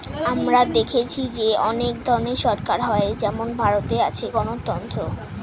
আমরা দেখেছি যে অনেক ধরনের সরকার হয় যেমন ভারতে আছে গণতন্ত্র